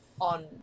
on